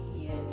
Yes